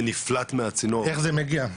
זה נפלט מהצינור --- איך זה מגיע?